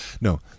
No